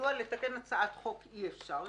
כידוע לתקן הצעת חוק אי אפשר.